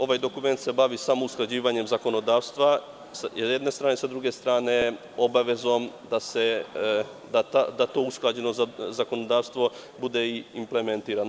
Ovaj dokument se bavi samo usklađivanjem zakonodavstva, s jedne strane, a s druge strane obavezom da to usklađeno zakonodavstvo bude implementirano.